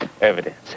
Evidence